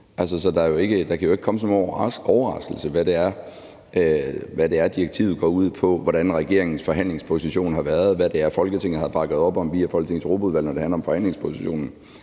Det kan ikke komme som nogen overraskelse, hvad det er, direktivet går ud på, hvordan regeringens forhandlingsposition har været, og hvad det er, Folketinget har bakket op om via Folketingets Europaudvalg, når det handler om forhandlingspositionen,